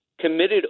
committed